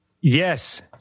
yes